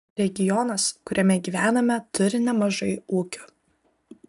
regionas kuriame gyvename turi nemažai ūkių